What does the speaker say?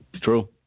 True